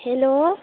hello